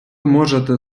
можете